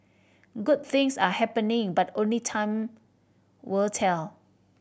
good things are happening but only time will tell